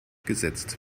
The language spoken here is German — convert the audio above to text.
gesetzt